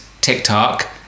TikTok